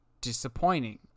disappointing